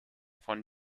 von